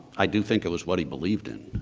i do think it was what he believed in.